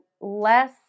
less